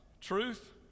truth